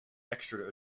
extra